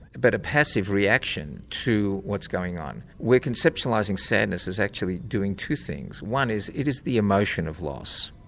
but a passive reaction to what's going on. we are conceptualising sadness as actually doing two things. one is, it is the emotion of loss,